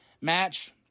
match